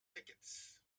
tickets